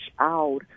out